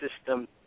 system